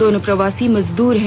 दोनो प्रवासी मजदूर हैं